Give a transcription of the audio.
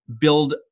build